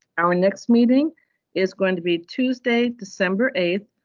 our next meeting is going to be tuesday december eighth,